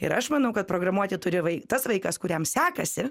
ir aš manau kad programuoti turi vai tas vaikas kuriam sekasi